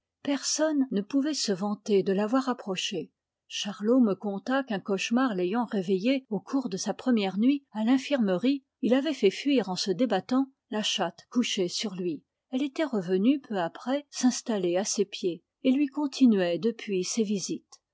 personne ne pouvait se vanter de l'avoir approchée charlot me conta qu'un cauchemar l'ayant réveillé au cours de sa première nuit à l'infirmerie il avait fait fuir en se débattant la chatte couchée sur lui elle était revenue peu après s'installer à ses pieds et lui continuait depuis ses visites